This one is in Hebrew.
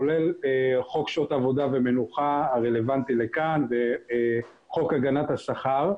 כולל חוק שעות עבודה ומנוחה הרלוונטי לכאן וחוק הגנת השכר.